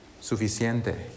suficiente